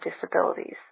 disabilities